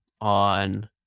on